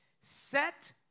Set